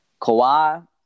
Kawhi